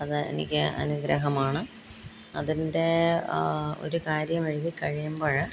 അത് എനിക്ക് അനുഗ്രഹമാണ് അതിൻ്റെ ഒരു കാര്യം എഴുതിക്കഴിയുമ്പോൾ